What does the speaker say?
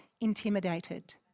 intimidated